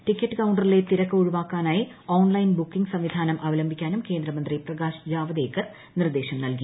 ticket ക്റൌണ്ട്റിലെ തിരക്ക് ഒഴിവാക്കാനായി ഓൺലൈൻ ബുക്കിംഗ് സ്ഫ്റ്റ്റ്യാനം അവലംബിക്കാനും കേന്ദ്രമന്ത്രി പ്രകാശ് ജാവ്ദേക്കർ നീർദ്ദേശം നൽകി